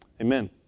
Amen